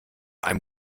einem